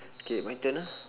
K my turn ah